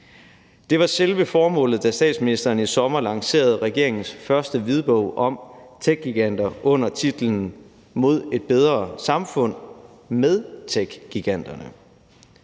Det var selve formålet, da statsministeren i sommer lancerede regeringens første hvidbog om techgiganter under titlen »Mod et bedre samfund med tech-giganter«.